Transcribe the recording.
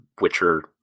Witcher